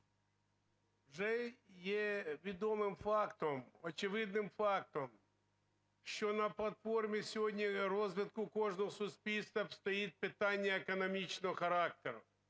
вже є відомим фактом, очевидним фактом, що на платформі сьогодні розвитку кожного суспільства стоїть питання економічного характеру.